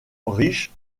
riche